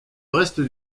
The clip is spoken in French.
reste